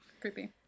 Creepy